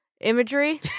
imagery